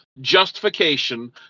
justification